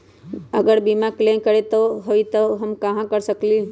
अगर बीमा क्लेम करे के होई त हम कहा कर सकेली?